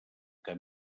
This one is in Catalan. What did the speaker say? que